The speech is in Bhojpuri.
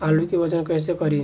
आलू के वजन कैसे करी?